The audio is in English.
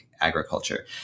agriculture